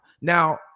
now